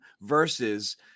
versus